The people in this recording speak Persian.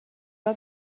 راه